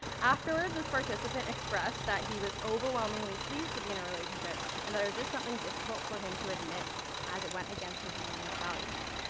afterwards, this participant expressed that he was overwhelmingly pleased to be in a relationship, and that it was just something difficult for him to admit as it went against his millennial values.